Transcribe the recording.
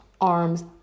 arms